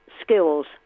skills